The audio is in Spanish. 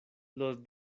los